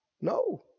No